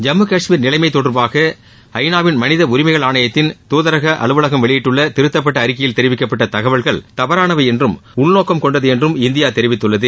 ஜம்மு காஷ்மீர் நிலைமை தொடர்பாக ஐநாவின் மனித உரிமைகள் ஆணையத்தின் துதரக அலுவலகம் வெளியிட்டுள்ள திருத்தப்பட்ட அறிக்கையில் தெரிவிக்கப்பட்ட தகவல்கள் தவறானவை என்றும் உள்நோக்கம் கொண்டது என்றும் இந்தியா தெரிவித்துள்ளது